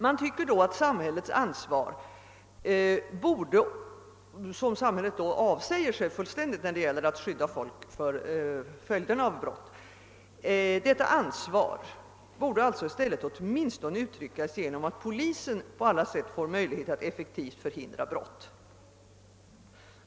Man tycker att samhällets ansvar — som samhället då fullständigt avsäger sig när det gäller att skydda folk mot följderna av brott — åtminstone borde uttryckas genom att polisen på alla sätt får möjlighet att effektivt förhindra brott.